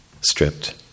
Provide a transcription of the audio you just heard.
stripped